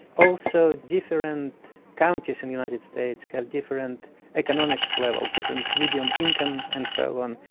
also different counties in the united states have different economic level, different medium income and so on,